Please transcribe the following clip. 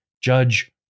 judge